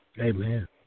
Amen